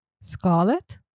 Scarlet